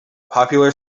popular